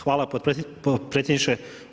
Hvala potpredsjedniče.